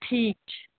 ٹھیٖک چھِ